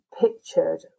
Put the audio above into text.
pictured